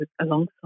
alongside